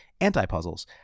anti-puzzles